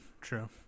true